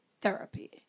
Therapy